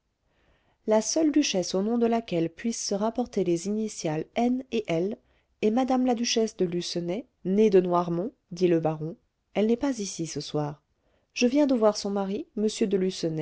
la seule duchesse au nom de laquelle puissent se rapporter les initiales n et l est mme la duchesse de lucenay née de noirmont dit le baron elle n'est pas ici ce soir je viens de voir son mari